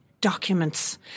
documents